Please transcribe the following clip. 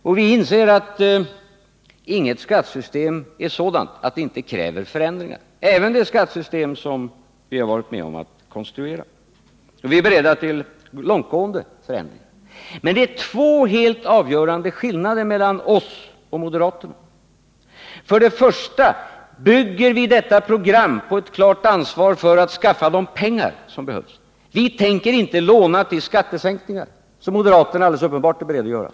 Och vi inser att inget skattesystem är sådant att det inte kräver förändringar — även det skattesystem som vi har varit med om att konstruera. Vi är beredda till långtgående förändringar. Men det är två helt avgörande skillnader mellan oss och moderaterna. För det första: Vi bygger detta program på ett klart ansvar för att skaffa fram de pengar som behövs. Vi tänker inte låna till skattesänkningar, vilket moderaterna alldeles uppenbart är beredda att göra.